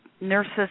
Nurses